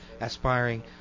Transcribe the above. aspiring